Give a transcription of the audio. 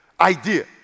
idea